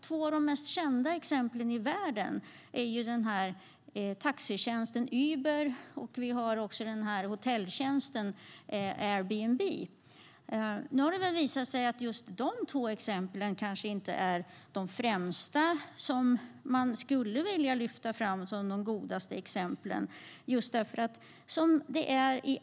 Två av de mest kända exemplen i världen är taxitjänsten Uber och hotelltjänsten Airbnb. Nu har det visat sig att just de två exemplen kanske inte är de främsta som man skulle vilja lyfta fram som goda exempel.